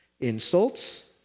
insults